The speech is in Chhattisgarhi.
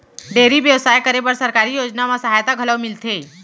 डेयरी बेवसाय करे बर सरकारी योजना म सहायता घलौ मिलथे